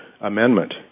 amendment